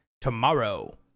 tomorrow